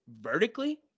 vertically